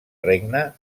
regne